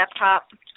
laptop